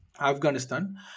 Afghanistan